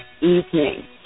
evening